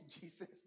Jesus